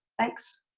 thanks.